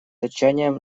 отчаянием